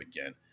again